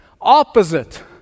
opposite